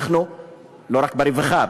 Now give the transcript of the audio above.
לא רק ברווחה,